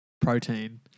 protein